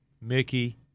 mickey